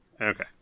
Okay